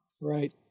Right